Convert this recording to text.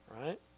Right